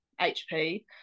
HP